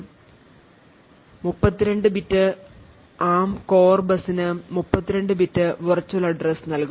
32 bit ARM core ബസ്സിന് 32 bit virtual address നൽകും